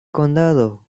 condado